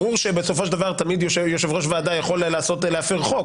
ברור בסופו של דבר שתמיד יושב-ראש ועדה יכול להפר חוק,